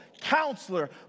Counselor